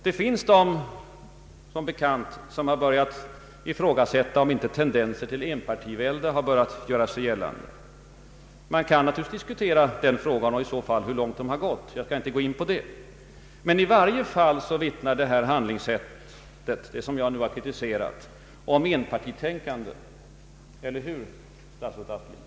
Det finns som bekant de som har börjat ifrågasätta om inte tendenser till enpartivälde har börjat göra sig gällande. Man kan naturligtvis diskutera om det finns sådana tendenser och i så fall hur långt de har gått — jag skall inte gå in på det. Men i varje fall vittnar det handlingssätt som jag nu har kritiserat om enpartitänkande — eller hur, statsrådet Aspling?